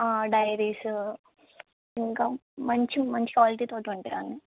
diaries ఇంకా మంచి మంచి క్వాలిటీతోటి ఉంటాయి అన్నీ